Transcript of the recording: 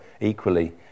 equally